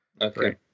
Okay